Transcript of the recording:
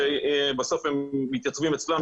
שבסוף הם מתייצבים אצלם,